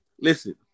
Listen